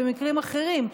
ובמקרים אחרים,